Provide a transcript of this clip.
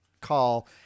call